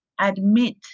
admit